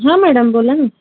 हा मैडम बोला ना